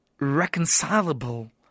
Reconcilable